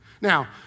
Now